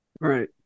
right